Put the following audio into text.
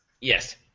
Yes